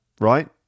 right